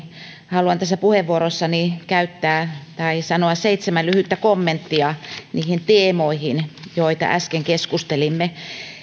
haluan tässä puheenvuorossani käyttää tai sanoa seitsemän lyhyttä kommenttia niihin teemoihin joista äsken keskustelimme